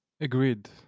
agreed